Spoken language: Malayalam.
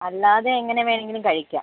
അല്ലാതെ എങ്ങനെ വേണെങ്കിലും കഴിക്കാം